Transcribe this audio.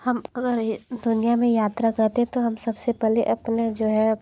हम अगर ये दुनिया में यात्रा करते तो हम सबसे पहले अपने जो है